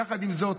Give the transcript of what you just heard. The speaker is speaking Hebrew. יחד עם זאת,